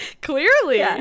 clearly